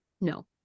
No